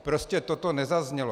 Prostě toto nezaznělo.